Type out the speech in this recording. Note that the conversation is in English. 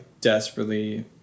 desperately